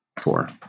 Four